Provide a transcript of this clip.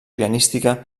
pianística